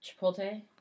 Chipotle